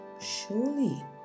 Surely